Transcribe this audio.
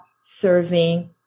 serving